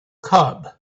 cub